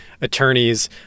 attorneys